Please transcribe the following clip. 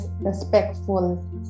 respectful